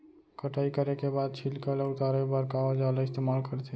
कटाई करे के बाद छिलका ल उतारे बर का औजार ल इस्तेमाल करथे?